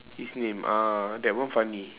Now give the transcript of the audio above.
his name ah that one funny